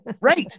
Right